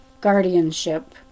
guardianship